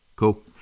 Cool